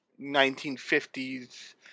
1950s